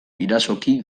irazoki